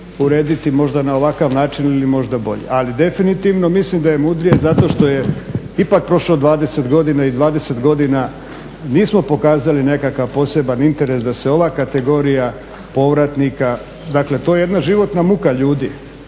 urediti možda na ovakav način ili možda bolje, ali definitivno mislim da je mudrije zato što je ipak prošlo 20 godina i 20 godina nismo pokazali nekakav poseban interes da se ova kategorija povratnika, dakle to je jedna životna muka ljudi.